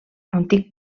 antic